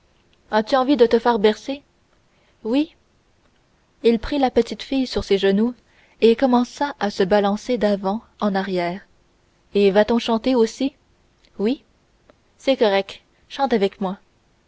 as-tu envie de te faire bercer oui il prit la petite fille sur ses genoux et commença à se balancer d'avant en arrière et va-t-on chanter aussi oui c'est correct chante avec moi